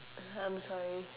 I'm sorry